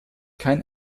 kein